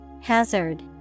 Hazard